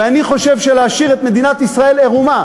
ואני חושב שלהשאיר את מדינת ישראל עירומה